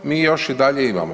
Mi još i dalje imamo.